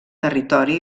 territori